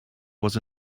was